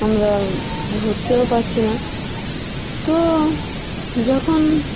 আমরা ঘুরতেও পারছি না তো যখন